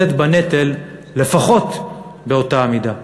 לשאת בנטל לפחות באותה המידה.